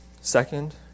Second